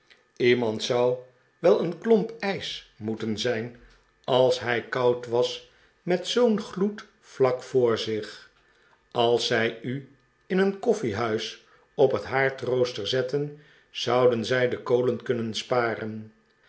iemand zou wel een klomp ijs moeten zijn als hij koud was met zoo'n gloed vlak voor zich als zij u in een koffiehuis op het haardrooster zetten zouden zij de kolen kunnen sparen